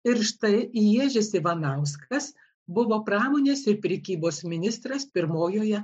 ir štai ježis ivanauskas buvo pramonės ir prekybos ministras pirmojoje